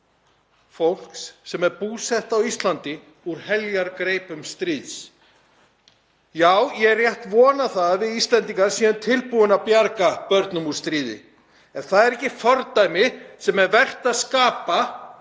fólks sem er búsett á Íslandi úr heljargreipum stríðs? Já, ég rétt vona að við Íslendingar séum tilbúin til að bjarga börnum úr stríði. Ef það er ekki fordæmi sem er vert að skapa